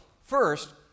First